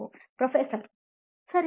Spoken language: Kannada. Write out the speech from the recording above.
ಪ್ರೊಫೆಸರ್ ಸರಿ ಅದು ಒಂದು